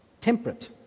Temperate